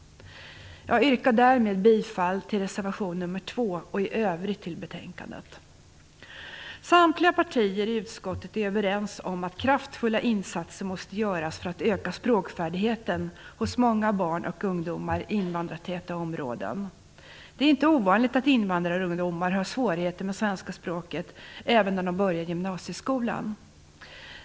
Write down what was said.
Jag yrkar därmed bifall till reservation nr 2 Samtliga partier i utskottet är överens om att kraftfulla insatser måste göras för att öka språkfärdigheten hos många barn och ungdomar i invandrartäta områden. Det är inte ovanligt att invandrarungdomar har svårigheter med svenska språket även när de börjar gymnasieskolan.